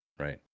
right